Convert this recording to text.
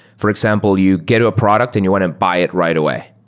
for example, you get to a product and you want to buy it right away,